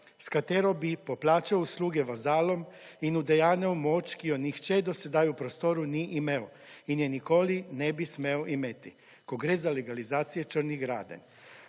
s katero bi poplačal usluge vazalom in udejanjal moč, ki jo nihče do sedaj v prostoru ni imel in je nikoli ne bi smel imeti ko gre za legalizacijo črnih gradenj.